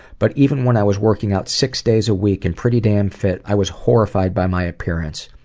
but even when i was working out six days a week and pretty damn fit, i was horrified by my appearance.